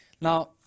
Now